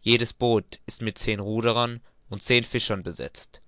jedes boot ist mit zehn ruderern und zehn fischern besetzt